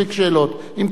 אם כי היו מספיק שאלות,